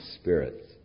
spirits